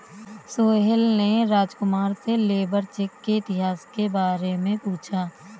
सोहेल ने राजकुमार से लेबर चेक के इतिहास के बारे में पूछा